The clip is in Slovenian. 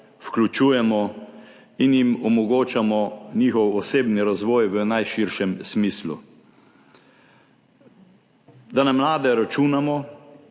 vključujemo in jim omogočamo njihov osebni razvoj v najširšem smislu. Da na mlade računamo